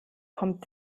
kommt